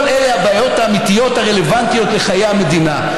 כל אלה הבעיות האמיתיות הרלוונטיות לחיי המדינה.